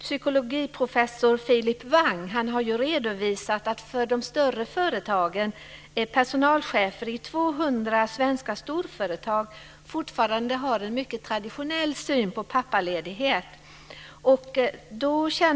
Psykologiprofessor Philip Hwang har redovisat att personalchefer i 200 svenska storföretag fortfarande har en mycket traditionell syn på pappaledighet.